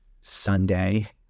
Sunday